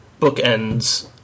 bookends